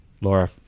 Laura